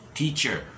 teacher